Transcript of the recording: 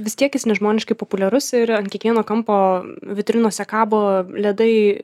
vis tiek jis nežmoniškai populiarus ir ant kiekvieno kampo vitrinose kabo ledai